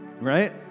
right